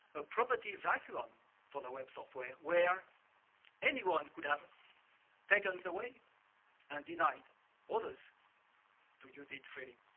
a property vacuum for the web software where anyone could have taken away and denied others to use it freely.